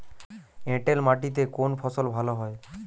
এঁটেল মাটিতে কোন ফসল ভালো হয়?